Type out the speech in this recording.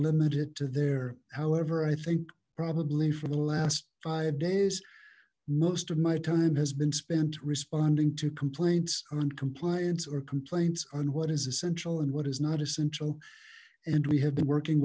limit it to there however i think probably for the last five days most of my time has been spent responding to complaints on compliance or complaints on what is essential and what is not essential and we have been working